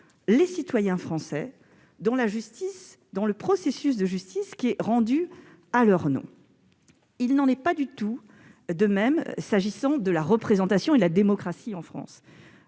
les citoyens français dans le processus de justice, qui se déroule en leur nom. Il n'en va pas de même s'agissant de la représentation démocratique en France.